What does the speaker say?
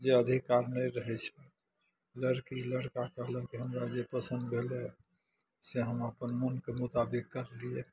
जे अधिकार नहि रहै छै लड़की लड़का कहलक जे हमरा जे पसंद भेलै से हम अपन मोनके मुताबिक करलियै